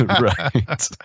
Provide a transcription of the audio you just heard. Right